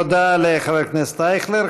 תודה לחבר הכנסת אייכלר.